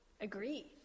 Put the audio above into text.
agree